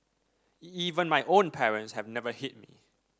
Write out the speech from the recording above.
even my own parents have never hit me